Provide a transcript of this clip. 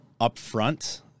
upfront